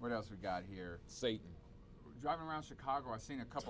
what else we got here say driving around chicago i seen a couple of